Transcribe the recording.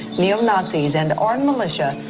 neo-nazis and armed militia,